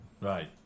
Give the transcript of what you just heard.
Right